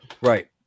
Right